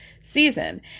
season